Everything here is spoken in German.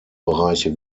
bereiche